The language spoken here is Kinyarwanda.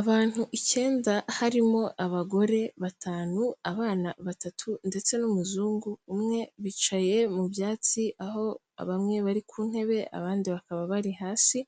Abantu icyenda harimo abagore batanu, abana batatu ndetse n'umuzungu, umwe bicaye mu byatsi aho bamwe bari ku ntebe abandi bakaba bari hasi,